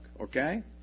Okay